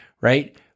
right